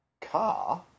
car